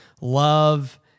love